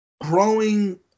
growing